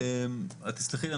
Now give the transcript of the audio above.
את תסלחי לי,